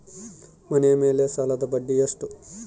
ಮನೆ ಮೇಲೆ ಸಾಲದ ಬಡ್ಡಿ ಎಷ್ಟು?